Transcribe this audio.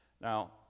Now